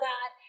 God